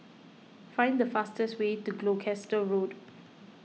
find the fastest way to Gloucester Road